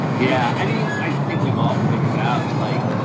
yeah. i mean, i think we've all figured out, like,